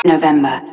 November